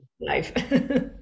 life